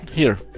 here,